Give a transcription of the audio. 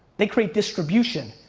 they create distribution,